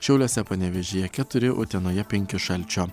šiauliuose panevėžyje keturi utenoje penki šalčio